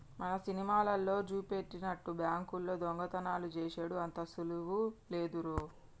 మన సినిమాలల్లో జూపినట్టు బాంకుల్లో దొంగతనాలు జేసెడు అంత సులువు లేదురో